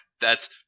that's-